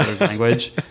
language